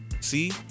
See